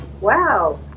wow